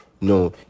No